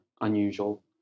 unusual